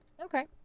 Okay